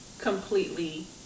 completely